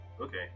okay